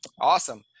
Awesome